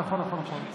נכון, נכון.